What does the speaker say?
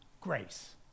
grace